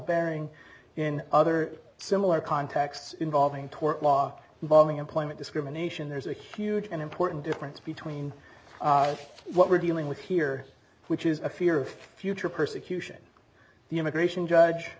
bearing in other similar contexts involving tort law involving employment discrimination there's a huge and important difference between what we're dealing with here which is a fear of future persecution the immigration judge